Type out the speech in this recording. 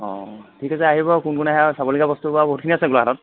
অঁ অঁ ঠিক আছে আহিব কোন কোন আহে চাবলগীয়া বস্তু বাউ বহুখিনিয়ে আছে গোলাঘাটত